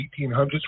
1800s